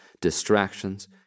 distractions